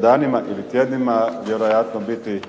danima ili tjednima, vjerojatno biti